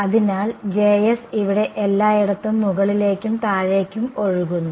അതിനാൽ ഇവിടെ എല്ലായിടത്തും മുകളിലേക്കും താഴേക്കും ഒഴുകുന്നു